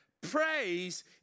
praise